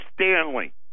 Stanley